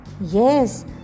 Yes